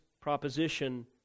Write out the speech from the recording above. proposition